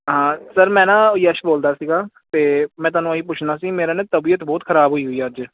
ਹਾਂ ਸਰ ਮੈਂ ਨਾ ਯਸ਼ ਬੋਲਦਾ ਸੀਗਾ ਅਤੇ ਮੈਂ ਤੁਹਾਨੂੰ ਇਹੀ ਪੁੱਛਣਾ ਸੀ ਮੇਰਾ ਨਾ ਤਬੀਅਤ ਬਹੁਤ ਖ਼ਰਾਬ ਹੋਈ ਹੋਈ ਆ ਅੱਜ